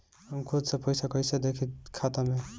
हम खुद से पइसा कईसे देखी खाता में?